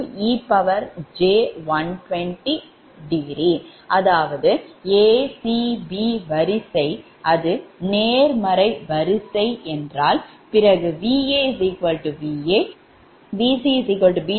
அடுத்தது a c b வரிசை அது எதிர்மறை வரிசை என்றால் பிறகு Va Va Vc 2VaVb Va ஆகும்